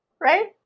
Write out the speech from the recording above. right